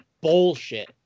bullshit